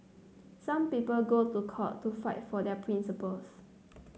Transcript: some people go to court to fight for their principles